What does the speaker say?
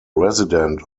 resident